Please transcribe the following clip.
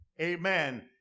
amen